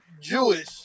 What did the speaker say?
Jewish